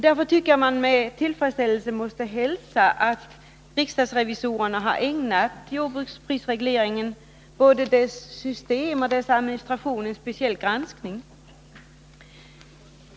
Därför måste man hälsa med tillfredsställelse att riksdagsrevisorerna har ägnat både jordbruksprisregleringens system och dess administration en speciell granskning.